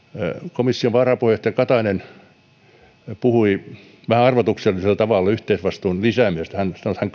komission varapuheenjohtaja katainen puhui vähän arvoituksellisella tavalla yhteisvastuun lisäämisestä hän